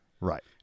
Right